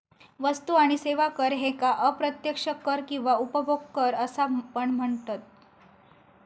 वस्तू आणि सेवा कर ह्येका अप्रत्यक्ष कर किंवा उपभोग कर असा पण म्हनतत